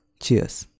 cheers